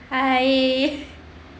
hi